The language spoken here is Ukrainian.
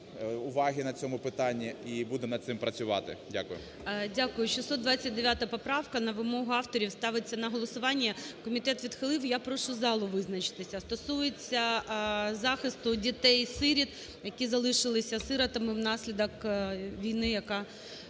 уваги на цьому питанні, і буду над цим працювати. Дякую. ГОЛОВУЮЧИЙ. Дякую. 629 поправка на вимогу автора ставиться на голосування. Комітет відхилив. Я прошу залу визначитися. Стосується захисту дітей-сиріт, які залишилися сиротами внаслідок війни, яка